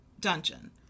dungeon